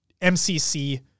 MCC